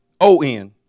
O-N